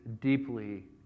deeply